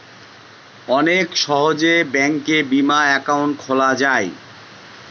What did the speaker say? অনেক সহজে ব্যাঙ্কে বিমা একাউন্ট খোলা যায়